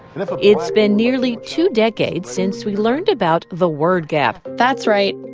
and if a. it's been nearly two decades since we learned about the word gap that's right.